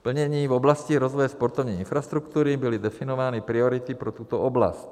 Plnění v oblasti rozvoje sportovní infrastruktury byly definovány priority pro tuto oblast.